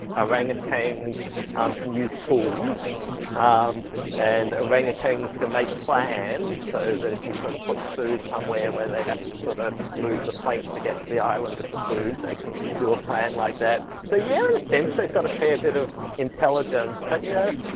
orangutans um can use tools um and orangutans can make plans so that if you sort of put the food somewhere where they have to sort of move the plank to get to the island with the food they can do a plan like that. so yeah, in a sense they've got a fair bit of intelligence but you know,